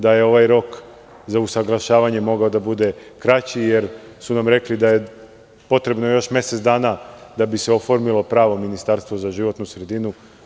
Da je ovaj rok za usaglašavanje mogao da bude kraći, jer su nam rekli da je potrebno još mesec dana da bi se oformilo pravo ministarstvo za životnu sredinu.